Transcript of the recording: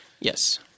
Yes